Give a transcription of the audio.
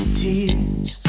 tears